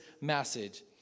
message